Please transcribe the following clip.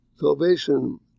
salvation